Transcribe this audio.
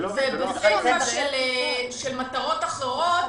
ובסיפא של מטרות אחרות,